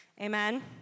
Amen